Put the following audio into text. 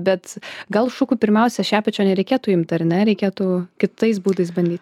bet gal šukų pirmiausia šepečio nereikėtų imt ar ne reikėtų kitais būdais bandyt